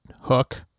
hook